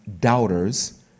doubters